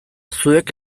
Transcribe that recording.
zuek